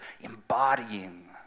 embodying